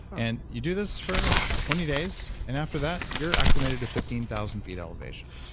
and you do this for twenty days and after that you're acclimated to fifteen thousand feet elevation.